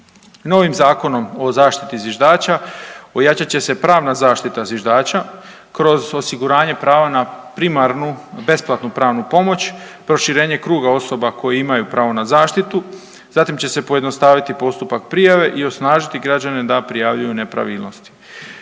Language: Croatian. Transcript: Novim Zakonom o zaštiti zviždača ojačat će se pravna zaštita zviždača kroz osiguranje prava na primarnu besplatnu pravnu pomoć, proširenje kruga osoba koji imaju pravo na zaštitu. Zatim će se pojednostaviti postupak prijave i osnažiti građane da prijavljuju nepravilnosti.